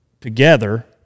together